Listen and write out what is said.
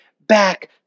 back